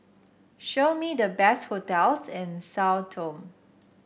show me the best hotels in Sao Tome